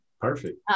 Perfect